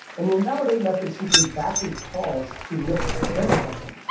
and the invalidate method simply batches calls to lit's render function,